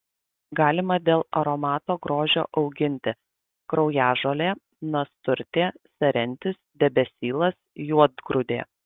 galima dėl aromato grožio auginti kraujažolė nasturtė serentis debesylas juodgrūdė